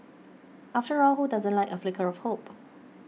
after all who doesn't like a flicker of hope